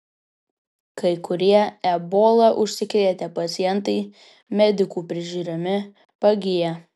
kai kurie ebola užsikrėtę pacientai medikų prižiūrimi pagyja